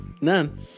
None